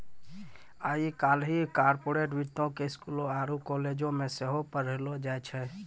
आइ काल्हि कार्पोरेट वित्तो के स्कूलो आरु कालेजो मे सेहो पढ़ैलो जाय छै